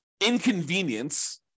inconvenience